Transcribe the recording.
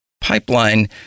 pipeline